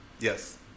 Yes